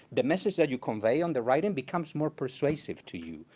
the message that you convey on the writing becomes more persuasive to you,